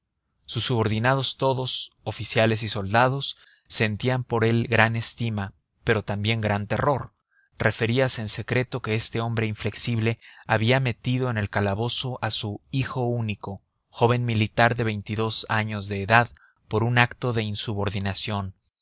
sus subordinados todos oficiales y soldados sentían por él gran estima pero también gran terror referíase en secreto que este hombre inflexible había metido en el calabozo a su hijo único joven militar de veintidós años de edad por un acto de insubordinación